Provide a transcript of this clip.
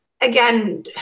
again